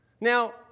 Now